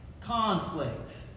conflict